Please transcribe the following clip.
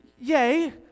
Yay